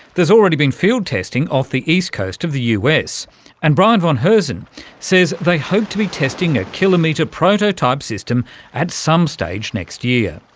there's already been field testing off the east coast of the us, and brian von herzen says they hope to be testing a kilometre prototype system at some stage next year.